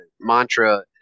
mantra